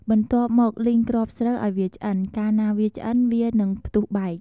បន្ទាប់មកលីងគ្រាប់ស្រូវឱ្យវាឆ្អិន កាលណាវាឆ្អិន វានឹងផ្ទុះបែក។